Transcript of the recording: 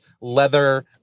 leather